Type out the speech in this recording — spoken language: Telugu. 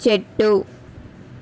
చెట్టు